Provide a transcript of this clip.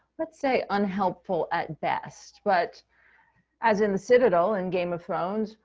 let's say unhelpful at best, but as in the citadel, in game of thrones,